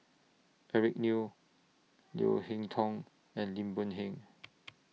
Eric Neo Leo Hee Tong and Lim Boon Heng